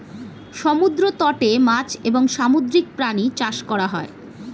সমুদ্র তটে মাছ এবং সামুদ্রিক প্রাণী চাষ করা হয়